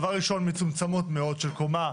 דבר ראשון מצומצמות מאוד של קומה.